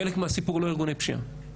חלק מהסיפור הוא לא ארגוני פשיעה.